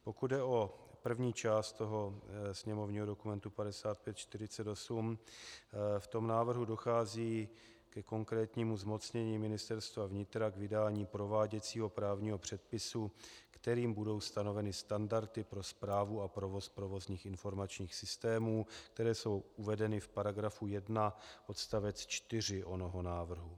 Pokud jde o první část toho sněmovního dokumentu 5548, v tom návrhu dochází ke konkrétnímu zmocnění Ministerstva vnitra k vydání prováděcího právního předpisu, kterým budou stanoveny standardy pro správu a provoz provozních informačních systémů, které jsou uvedeny v § 1 odst. 4 onoho návrhu.